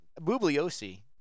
Bubliosi